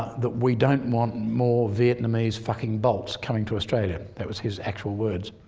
that we don't want more vietnamese fucking balts coming to australia that was his actual words.